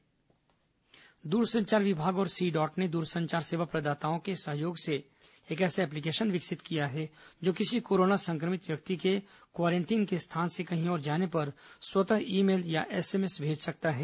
corona दूरसंचार application दूरसंचार विभाग और सी डॉट ने दूरसंचार सेवा प्रदाताओं के सहयोग से एक ऐसा एप्लीकेशन विकसित किया है जो किसी कोरोना संक्रमित व्यक्ति के क्वारंटीन के स्थान से कहीं और जाने पर स्वतः ईमेल या एसएमएस भेज सकता है